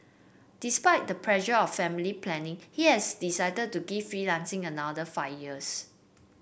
despite the pressure of family planning he has decided to give freelancing another five years